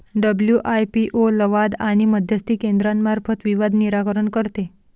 WIPO लवाद आणि मध्यस्थी केंद्रामार्फत विवाद निराकरण करते